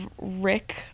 Rick